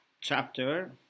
chapter